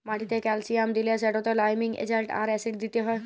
মাটিতে ক্যালসিয়াম দিলে সেটতে লাইমিং এজেল্ট আর অ্যাসিড দিতে হ্যয়